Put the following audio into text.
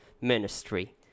ministry